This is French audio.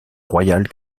royale